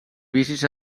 vicis